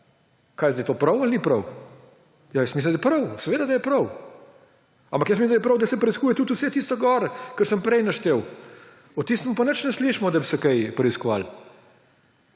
je zdaj? A je to prav ali ni prav? Jaz mislim, da je prav. Seveda, da je prav. Ampak jaz mislim, da je prav, da se preiskuje tudi vse tisto, kar sem prej naštel. O tistem pa nič ne slišimo, da bi se kaj preiskovalo.